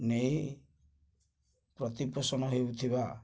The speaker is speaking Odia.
ନେଇ ପ୍ରତିପୋଷଣ ହେଉଥିବା